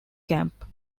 camp